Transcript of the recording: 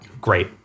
great